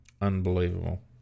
Unbelievable